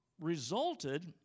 resulted